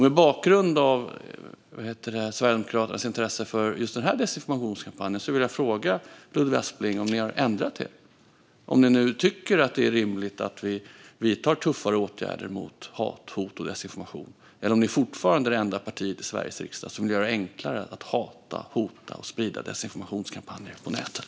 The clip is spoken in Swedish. Mot bakgrund av Sverigedemokraternas intresse för just denna desinformationskampanj vill jag fråga Ludvig Aspling om ni har ändrat er och om ni nu tycker att det är rimligt att vi vidtar tuffare åtgärder mot hat, hot och desinformation, eller om ni fortfarande är det enda partiet i Sveriges riksdag som vill göra det enklare att hata, hota och sprida desinformationskampanjer på nätet.